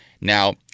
Now